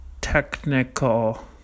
Technical